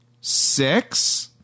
six